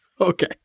Okay